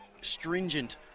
stringent